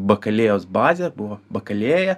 bakalėjos bazė buvo bakalėja